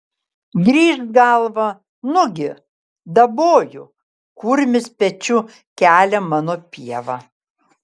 grįžt galvą nugi daboju kurmis pečiu kelia mano pievą